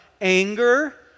anger